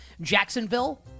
Jacksonville